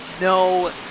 no